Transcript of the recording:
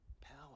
Power